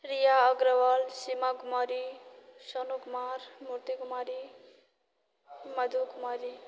Riya Agarwal Seema Kumari Sonu Kumar Murti Kumari Madhu Kumari